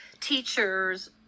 teachers